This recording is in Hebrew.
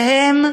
והם כולם,